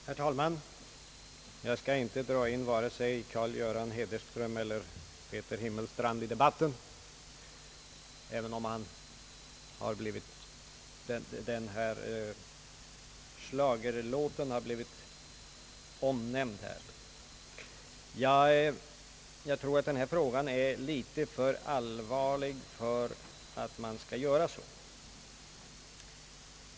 Herr talman! Jag skall inte dra in vare sig Claes-Göran Hederström eller Peter Himmelstrand i debatten, även om deras schlagerlåt har blivit omnämnd här. Jag tror att den här frågan är litet för allvarlig för att alls göra det.